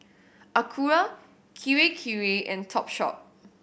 Acura Kirei Kirei and Topshop